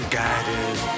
guided